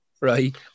Right